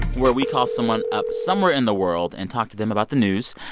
where we call someone up somewhere in the world and talk to them about the news.